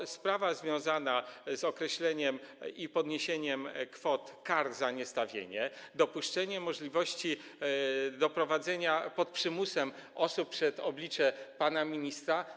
Jest sprawa związana z określeniem i podniesieniem kwot kar za niestawienie, jest dopuszczenie możliwości doprowadzenia osób pod przymusem przed oblicze pana ministra.